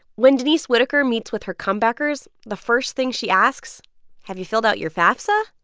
when denise whittaker meets with her comebackers, the first thing she asks have you filled out your fafsa?